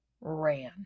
ran